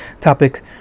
topic